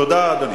תודה, אדוני.